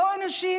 לא אנושית,